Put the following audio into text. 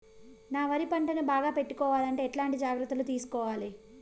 నా వరి పంటను బాగా పెట్టుకోవాలంటే ఎట్లాంటి జాగ్రత్త లు తీసుకోవాలి?